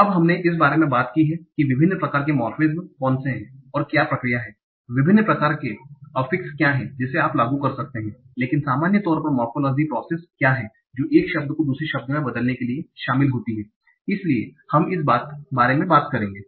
अब हमने इस बारे में बात की है कि विभिन्न प्रकार के मोर्फेमेज़ कौन से हैं और क्या प्रक्रिया है विभिन्न प्रकार के अफ़फिक्स क्या हैं जिन्हें आप लागू कर सकते हैं लेकिन सामान्य तौर पर मोर्फ़ोलोजिकल प्रोसैस क्या हैं जो एक शब्द को दूसरे शब्द में बदलने के लिए शामिल होती हैं इसलिए हम इस बारे में बात करेंगे